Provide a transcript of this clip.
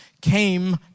came